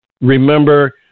remember